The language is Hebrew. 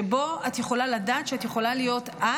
שבו את יכולה לדעת שאת יכולה להיות את,